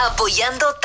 Apoyando